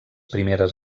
primeres